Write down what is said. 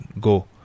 go